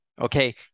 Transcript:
Okay